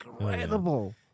incredible